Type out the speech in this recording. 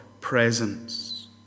presence